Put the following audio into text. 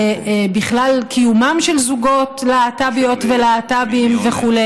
ובכלל לקיומם של זוגות להט"ביות ולהט"בים וכו',